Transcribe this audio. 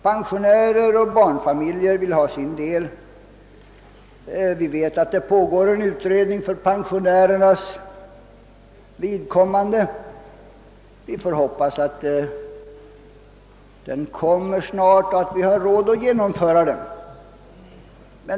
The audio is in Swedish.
Pensionärerna vill ha sin del av reformerna. En utredning beträffande denna grupp pågår, och vi får hoppas att den snart kommer att framlägga sina förslag och att vi har råd att genomföra dem.